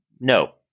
No